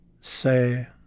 say